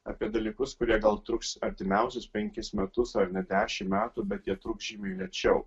apie dalykus kurie gal truks artimiausius penkis metus ar net dešimt metų bet jie truks žymiai lėčiau